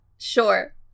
Sure